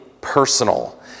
personal